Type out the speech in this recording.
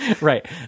Right